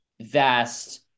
vast